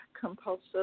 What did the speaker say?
compulsive